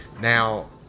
now